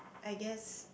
I guess